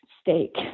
steak